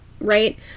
right